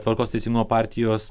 tvarkos ir teisingumo partijos